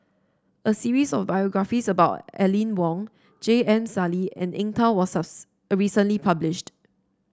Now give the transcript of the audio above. a series of biographies about Aline Wong J M Sali and Eng Tow was recently published